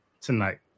tonight